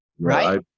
right